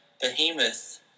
Behemoth